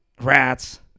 rats